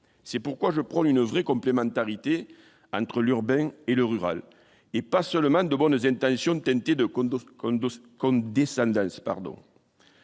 c'est pourquoi je prends une vraie complémentarité entre l'urbain et le rural et pas seulement de bonnes intentions, teinté de Kunduz Kohndo